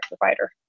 provider